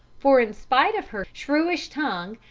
for, in spite of her shrewish tongue,